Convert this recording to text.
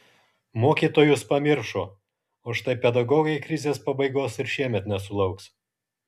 mokytojus pamiršo o štai pedagogai krizės pabaigos ir šiemet nesulauks